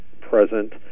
present